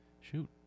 shoot